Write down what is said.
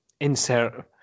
Insert